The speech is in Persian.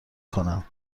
کنم